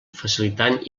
facilitant